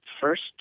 first